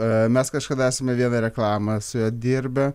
mes kažkada esame gavę reklamą su juo dirbę